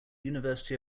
university